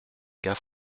gars